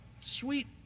sweet